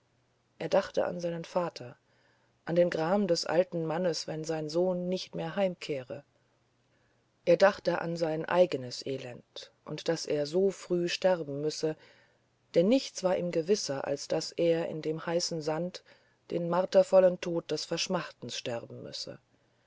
er dachte an seinen vater an den gram des alten mannes wenn sein sohn nicht mehr heimkehre er dachte an sein eigenes elend und daß er so frühe sterben müsse denn nichts war ihm gewisser als daß er in dem heißen sand den martervollen tod des verschmachtens sterben müsse